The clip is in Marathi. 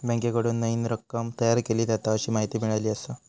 बँकेकडून नईन रक्कम तयार केली जाता, अशी माहिती मिळाली आसा